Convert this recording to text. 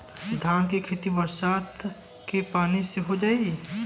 धान के खेती बरसात के पानी से हो जाई?